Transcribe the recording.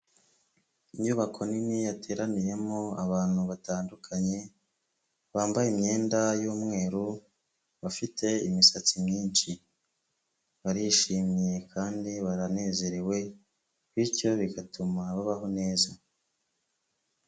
Inyubako nini yateraniyemo abantu batandukanye bambaye imyenda y'umweru, bafite imisatsi myinshi barishimye kandi baranezerewe bityo bigatuma babaho neza.